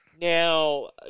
Now